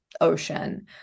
ocean